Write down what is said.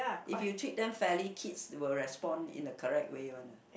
if you treat them fairly kids will respond in the correct way one lah